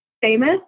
famous